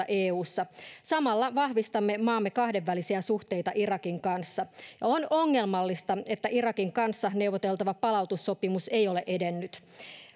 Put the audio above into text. eussa samalla vahvistamme maamme kahdenvälisiä suhteita irakin kanssa on ongelmallista että irakin kanssa neuvoteltava palautussopimus ei ole edennyt